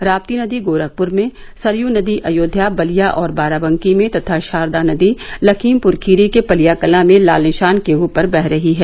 राप्ती नदी गोरखपुर में सरयू नदी अयोध्या बलिया और बाराबंकी में तथा शारदा नदी लखीमपुर खीरी के पलियाकला में लाल निशान के ऊपर वह रही है